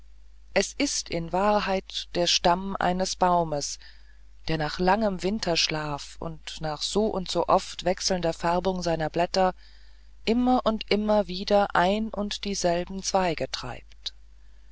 es ist in wahrheit der stamm eines baumes der nach langem winterschlaf und nach soundso oft wechselnder färbung seiner blätter immer und immer wieder ein und dieselben zweige treibt